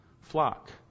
flock